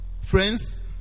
Friends